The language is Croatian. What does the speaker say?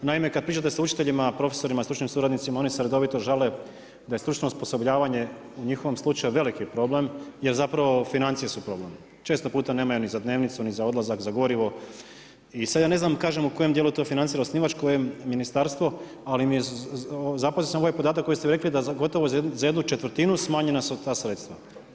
Naime, kada pričate sa učiteljima, profesorima, stručnim suradnicima oni se redovito žale da je stručno osposobljavanje u njihovom slučaju veliki problem jer financije su problem. često puta nemaju ni za dnevnicu ni za odlazak za gorivo i sa da ne znam u kojem to dijelu to financira osnivač kojem ministarstvo, ali zapazio sam ovaj podatak koji ste rekli da gotovo za jednu četvrtinu smanjena su ta sredstva.